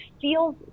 feels